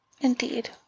Indeed